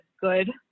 good